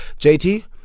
JT